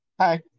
Hi